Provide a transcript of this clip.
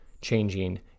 Changing